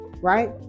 Right